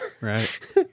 right